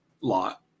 lot